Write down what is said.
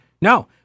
no